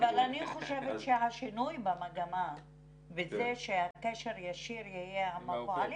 אבל אני חושבת שהשינוי במגמה בזה שיהיה קשר ישיר עם הפועלים